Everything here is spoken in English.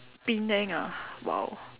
Penang ah !wow!